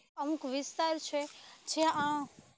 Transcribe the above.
અમુક વિસ્તાર છે જ્યાં આ